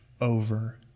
over